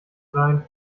sein